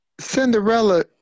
Cinderella